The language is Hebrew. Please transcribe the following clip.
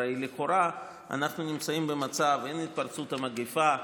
הרי לכאורה אנחנו נמצאים במצב שאין התפרצות של המגפה.